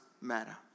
matter